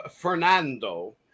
Fernando